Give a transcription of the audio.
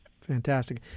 Fantastic